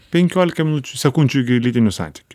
penkiolika minučių sekundžių iki lytinių santykių